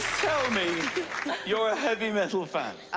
tell me you're a heavy metal fan.